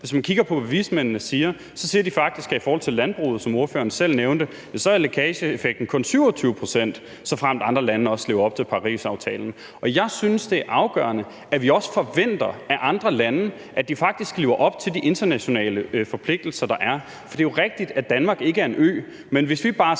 Hvis man kigger på, hvad vismændene siger, så ser man, at de faktisk siger i forhold til landbruget, som ordføreren selv nævnte, at lækageeffekten kun er 27 pct., såfremt andre lande også lever op til Parisaftalen. Jeg synes, det er afgørende, at vi også forventer, at andre lande faktisk lever op til de internationale forpligtelser, der er, for det er jo rigtigt, at Danmark ikke er en ø,